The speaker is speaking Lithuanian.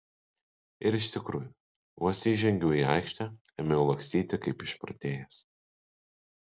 ir iš tikrųjų vos įžengiau į aikštę ėmiau lakstyti kaip išprotėjęs